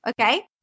okay